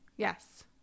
Yes